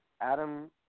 Adam